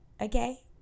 okay